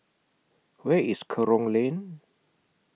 Where IS Kerong Lane